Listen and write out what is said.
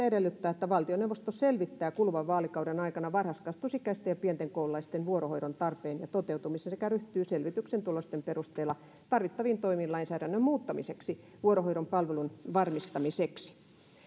edellyttää että valtioneuvosto selvittää kuluvan vaalikauden aikana varhaiskasvatusikäisten ja pienten koululaisten vuorohoidon tarpeen ja toteutumisen sekä ryhtyy selvityksen tulosten perusteella tarvittaviin toimiin lainsäädännön muuttamiseksi vuorohoidon palvelun varmistamiseksi